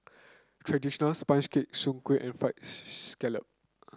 traditional sponge cake Soon Kueh and fried scallop